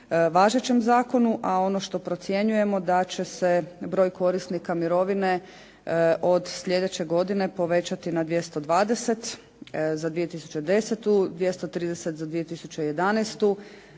važećem zakonu a ono što procjenjujemo da će se broj korisnika mirovine od slijedeće godine povećati na 220 za 2010., 230 za 2011.,